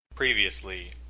previously